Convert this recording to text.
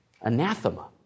anathema